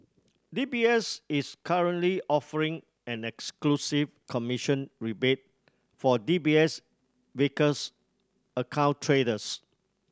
D B S is currently offering an exclusive commission rebate for D B S Vickers account traders